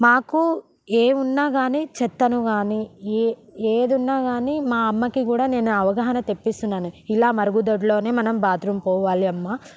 మాకు ఏం ఉన్నా కాని చెత్తను కాని ఏ ఏదున్నా కాని మా అమ్మకి గూడా నేను అవగాహన తెప్పిస్తున్నాను ఇలా మరుగుదొడ్లోనే మనం బాత్రూం పోవాలి అమ్మా